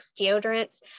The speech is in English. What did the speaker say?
deodorants